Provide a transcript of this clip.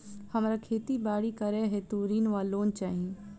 हमरा खेती बाड़ी करै हेतु ऋण वा लोन चाहि?